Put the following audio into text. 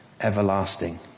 everlasting